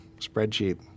spreadsheet